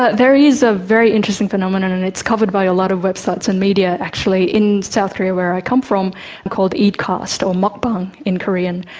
ah there is a very interesting phenomenon and it's covered by a lot of websites and media actually in south korea where i come from called eatcast or ah but in korean,